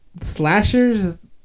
slashers